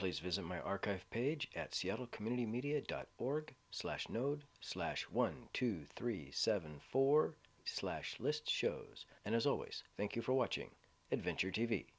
please visit my archive page at seattle community media dot org slash node slash one two three seven four slash list shows and as always thank you for watching adventure t